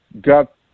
got